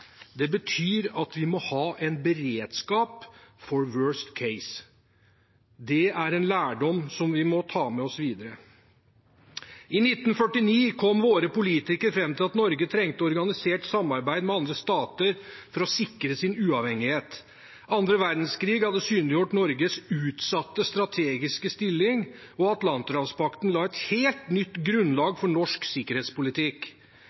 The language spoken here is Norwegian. Det betyr at vi må ha en beredskap for «worst case». Det er en lærdom vi må ta med oss videre. I 1949 kom våre politikere fram til at Norge trengte organisert samarbeid med andre stater for å sikre sin uavhengighet. Andre verdenskrig hadde synliggjort Norges utsatte strategiske stilling, og Atlanterhavspakten la et helt nytt